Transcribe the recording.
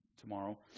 tomorrow